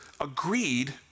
agreed